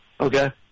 Okay